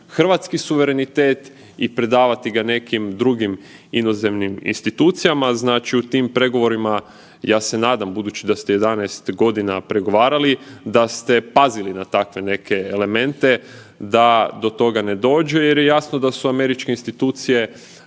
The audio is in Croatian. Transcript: hrvatski suverenitet i predavati ga nekim drugim inozemnim institucijama. Znači u tim pregovorima ja se nadam budući da ste 11 godina pregovarali da ste pazili na takve neke elemente da do toga ne dođe jer je jasno da su američke institucije